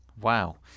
Wow